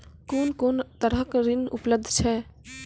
कून कून तरहक ऋण उपलब्ध छै?